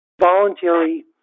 voluntary